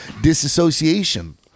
disassociation